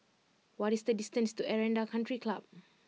what is the distance to Aranda Country Club